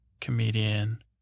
comedian